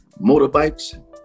motorbikes